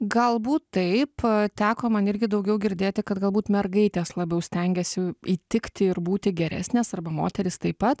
galbūt taip teko man irgi daugiau girdėti kad galbūt mergaitės labiau stengiasi įtikti ir būti geresnės arba moterys taip pat